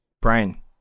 Brian